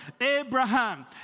Abraham